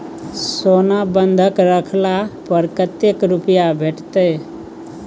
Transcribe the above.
सोना बंधक रखला पर कत्ते रुपिया भेटतै?